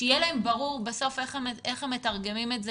שיהיה להם ברור בסוף איך הם מתרגמים את זה,